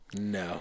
No